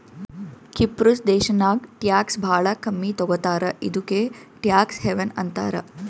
ಕಿಪ್ರುಸ್ ದೇಶಾನಾಗ್ ಟ್ಯಾಕ್ಸ್ ಭಾಳ ಕಮ್ಮಿ ತಗೋತಾರ ಇದುಕೇ ಟ್ಯಾಕ್ಸ್ ಹೆವನ್ ಅಂತಾರ